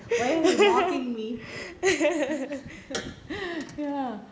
why are you mocking me